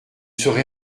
serez